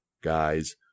guys